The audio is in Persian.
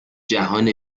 جهان